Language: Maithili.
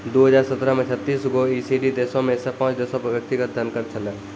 दु हजार सत्रह मे छत्तीस गो ई.सी.डी देशो मे से पांच देशो पे व्यक्तिगत धन कर छलै